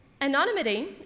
Anonymity